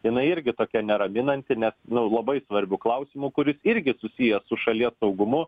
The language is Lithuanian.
jinai irgi tokia neraminanti nes nu labai svarbių klausimų kuris irgi susijęs su šalies saugumu